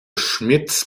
schmitz